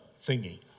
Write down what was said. thingy